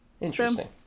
Interesting